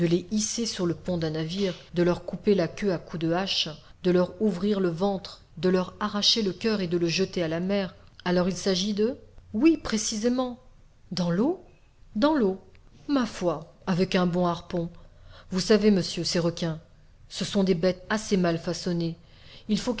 hisser sur le pont d'un navire de leur couper la queue à coups de hache de leur ouvrir le ventre de leur arracher le coeur et de le jeter à la mer alors il s'agit de oui précisément dans l'eau dans l'eau ma foi avec un bon harpon vous savez monsieur ces requins ce sont des bêtes assez mal façonnées il faut